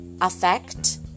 affect